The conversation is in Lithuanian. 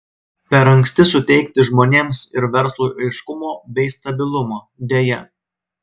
per anksti suteikti žmonėms ir verslui aiškumo bei stabilumo deja